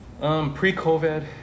Pre-COVID